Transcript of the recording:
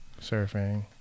Surfing